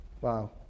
Wow